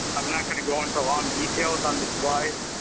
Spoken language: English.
i'm not going to go into a long detail up on this slide.